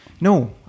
No